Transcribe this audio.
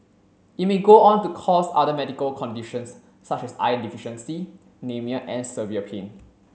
it may go on to cause other medical conditions such as iron deficiency anaemia and severe pain